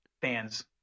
fans